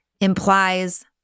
implies